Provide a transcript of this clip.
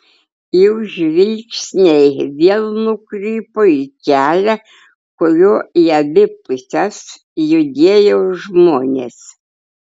jų žvilgsniai vėl nukrypo į kelią kuriuo į abi puses judėjo žmonės